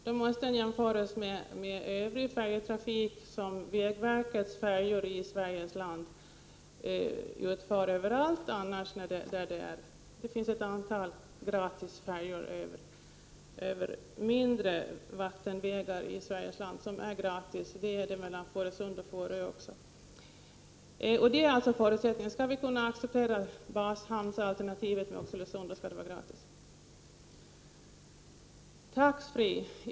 Då måste den jämställas med den färjetrafik som vägverket svarar för över mindre vattenvägar i Sveriges land och som är gratis. Det finns sådan trafik mellan Fårösund och Fårö också. Förutsättningen för att vi skall kunna acceptera bashamnsalternativet med Oxelösund är alltså att trafiken skall vara gratis.